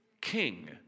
King